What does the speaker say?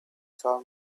saw